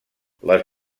les